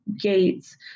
gates